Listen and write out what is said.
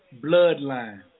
bloodline